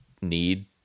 need